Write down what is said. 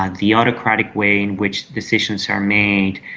ah the autocratic way in which decisions are made,